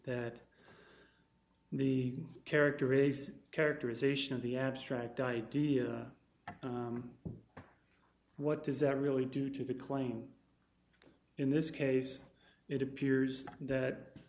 that the character is characterization of the abstract idea what does that really do to the claim in this case it appears that